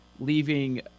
leaving